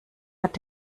hat